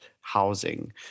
housing